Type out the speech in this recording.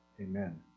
amen